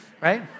right